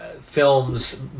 films